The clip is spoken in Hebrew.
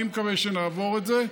אני מקווה שנעבור את זה.